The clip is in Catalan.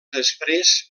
després